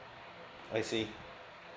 I see